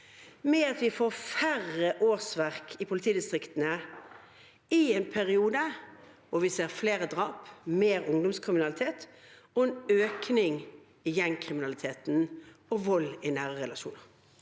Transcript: med at vi får færre årsverk i politidistriktene i en periode hvor vi ser flere drap, mer ungdomskriminalitet og en økning i gjengkriminaliteten og vold i nære relasjoner?